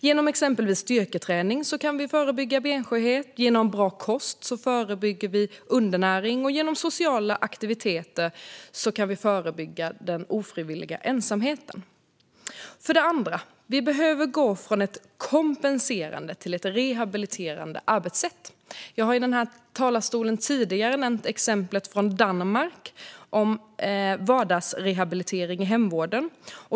Genom exempelvis styrketräning kan vi förebygga benskörhet. Genom bra kost förebygger vi undernäring. Och genom sociala aktiviteter kan vi förebygga den ofrivilliga ensamheten. För det andra: Vi behöver gå från ett kompenserande till ett rehabiliterande arbetssätt. Jag har i denna talarstol tidigare nämnt exemplet från Danmark om vardagsrehabilitering i hemvården.